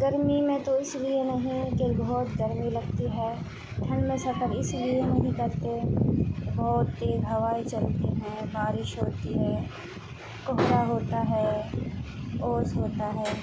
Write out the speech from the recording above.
گرمی میں تو اس لیے نہیں کہ بہت گرمی لگتی ہے ٹھنڈ میں سفر اس لیے نہیں کرتے بہت تیز ہوائیں چلتی ہیں بارش ہوتی ہے کہرا ہوتا ہے اوس ہوتا ہے